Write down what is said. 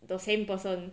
the same person